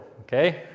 okay